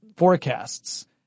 forecasts